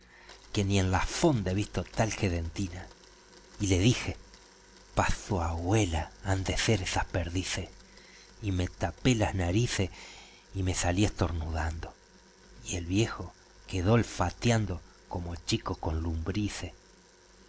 que ni en la fonda he visto tal jedentina y le dije pa su agüela han de ser esas perdices yo me tapé las narices y me salí esternudando y el viejo quedó olfatiando como chico con lumbrices